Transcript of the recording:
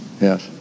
Yes